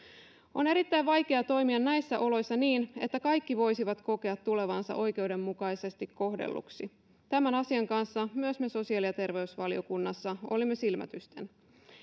on erittäin vaikea toimia näissä oloissa niin että kaikki voisivat kokea tulevansa oikeudenmukaisesti kohdelluiksi tämän asian kanssa myös me sosiaali ja terveysvaliokunnassa olemme silmätysten